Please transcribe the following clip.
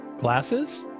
glasses